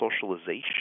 socialization